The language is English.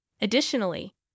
Additionally